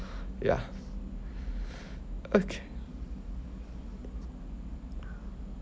ya okay